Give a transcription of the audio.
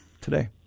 today